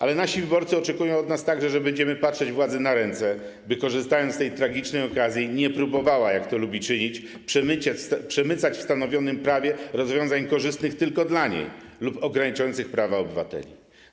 Ale nasi wyborcy oczekują od nas także, że będziemy patrzeć władzy na ręce, by korzystając z tej tragicznej okazji, nie próbowała, jak to lubi czynić, przemycać w stanowionym prawie rozwiązań korzystnych tylko dla niej lub ograniczających prawa obywateli.